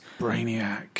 Brainiac